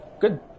Good